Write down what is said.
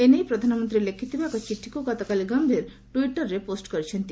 ଏ ନେଇ ପ୍ରଧାନମନ୍ତ୍ରୀ ଲେଖିଥିବା ଏକ ଚିଠିକୁ ଗତକାଲି ଗମ୍ଭୀର ଟୁଇଟରରେ ପୋଷ୍ଟ କରିଛନ୍ତି